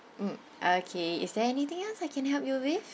mm okay is there anything else I can help you with